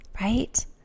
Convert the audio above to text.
right